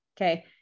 okay